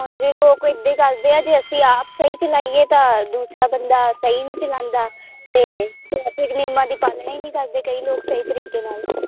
ਹਾਂਜੀ ਲੋਕ ਇੱਦਾਂ ਈ ਕਰਦੇ ਆ ਜੇ ਅਸੀਂ ਆਪ ਸਹੀ ਚਲਾਈਏ ਤਾਂ ਦੂਸਰਾ ਬੰਦਾ ਸਹੀ ਨੀ ਚਲਾਂਦਾ ਤੇ ਟਰੈਫਿਕ ਨਿਯਮਾਂ ਦੀ ਪਾਲਣਾ ਈ ਨੀ ਕਰਦੇ ਕਈ ਲੋਕ ਤੇ ਸਹੀ ਤਰੀਕੇ ਨਾਲ